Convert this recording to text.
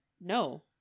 no